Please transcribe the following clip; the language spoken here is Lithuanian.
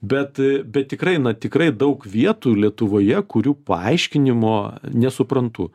bet bet tikrai na tikrai daug vietų lietuvoje kurių paaiškinimo nesuprantu